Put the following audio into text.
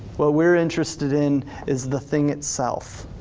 what we're interested in is the thing itself.